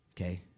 okay